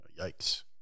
Yikes